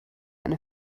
eine